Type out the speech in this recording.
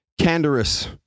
candorous